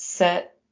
set